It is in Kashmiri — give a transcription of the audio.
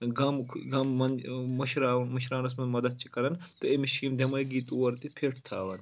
غَم غَم مَن مٔشراو مٔشراونَس منٛز مَدتھ چھِ کَران تہٕ أمِس چھِ یِم دؠمٲغی طور تہِ فِٹھ تھاوان